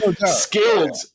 skilled